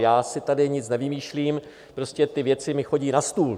Já si tady nic nevymýšlím, prostě ty věci mi chodí na stůl.